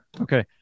Okay